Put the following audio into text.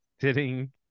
Sitting